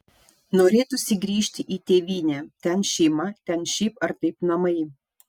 norėtųsi grįžti į tėvynę ten šeima ten šiaip ar taip namai